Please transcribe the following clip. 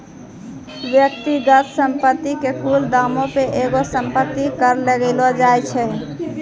व्यक्तिगत संपत्ति के कुल दामो पे एगो संपत्ति कर लगैलो जाय छै